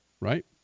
right